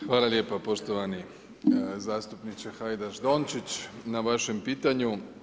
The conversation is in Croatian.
Hvala lijepo poštovani zastupniče Hajdaš Dončić na vašem pitanju.